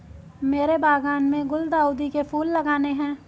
मेरे बागान में गुलदाउदी के फूल लगाने हैं